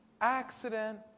accident